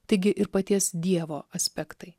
taigi ir paties dievo aspektai